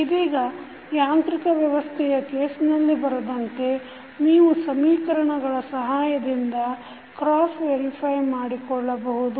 ಇದೀಗ ಯಾಂತ್ರಿಕ ವ್ಯವಸ್ಥೆಯ ಕೇಸ್ನಲ್ಲಿ ಬರೆದಂತೆ ನೀವು ಸಮೀಕರಣಗಳ ಸಹಾಯದಿಂದ cross verify ಮಾಡಿಕೊಳ್ಳಬಹುದು